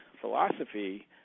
philosophy